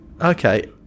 okay